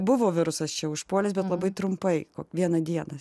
buvo virusas čia užpuolęs bent labai trumpai vieną dieną